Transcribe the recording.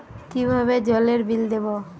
কিভাবে জলের বিল দেবো?